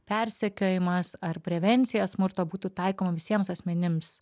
persekiojimas ar prevencija smurto būtų taikoma visiems asmenims